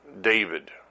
David